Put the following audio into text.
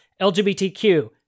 LGBTQ